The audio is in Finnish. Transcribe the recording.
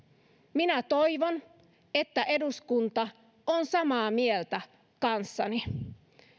minä toivon että eduskunta on samaa mieltä kanssani